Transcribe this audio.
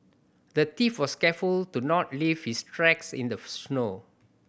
the thief was careful to not leave his tracks in the snow